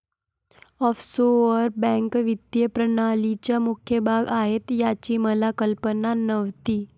offshore बँका वित्तीय प्रणालीचा मुख्य भाग आहेत याची मला कल्पना नव्हती